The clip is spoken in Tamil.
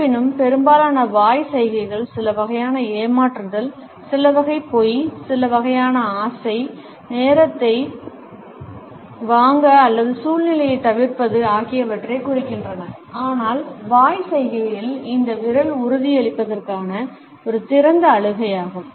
இருப்பினும் பெரும்பாலான வாய் சைகைகள் சில வகையான ஏமாற்றுதல் சில வகை பொய் சில வகையான ஆசை நேரத்தை வாங்க அல்லது சூழ்நிலையைத் தவிர்ப்பது ஆகியவற்றைக் குறிக்கின்றன ஆனால் வாய் சைகையில் இந்த விரல் உறுதியளிப்பதற்கான ஒரு திறந்த அழுகையாகும்